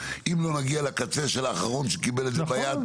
שאם לא נגיע לקצה של האחרון שקיבל את זה ביד,